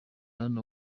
hano